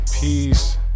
Peace